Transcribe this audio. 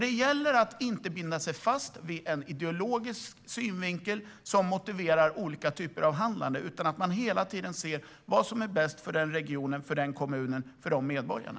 Det gäller att inte binda sig vid en ideologisk syn som motiverar en viss typ av handlande utan att hela tiden se på vad som är bäst för den regionen, den kommunen och de medborgarna.